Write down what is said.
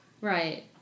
right